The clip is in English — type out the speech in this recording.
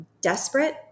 desperate